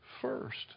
first